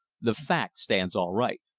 the fact stands all right.